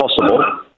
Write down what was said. possible